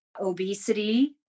obesity